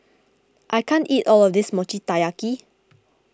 I can't eat all of this Mochi Taiyaki